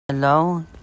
Hello